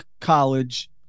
college